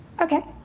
Okay